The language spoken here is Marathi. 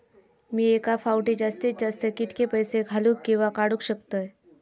मी एका फाउटी जास्तीत जास्त कितके पैसे घालूक किवा काडूक शकतय?